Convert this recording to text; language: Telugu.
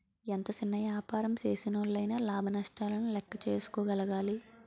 ఎంత సిన్న యాపారం సేసినోల్లయినా లాభ నష్టాలను లేక్కేసుకోగలగాలి